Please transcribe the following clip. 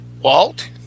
Walt